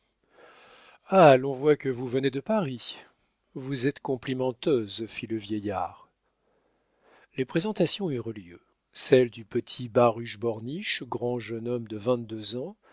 ah l'on voit que vous venez de paris vous êtes complimenteuse fit le vieillard les présentations eurent lieu celle du petit baruch borniche grand jeune homme de vingt-deux ans